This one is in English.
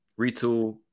retool